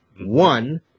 One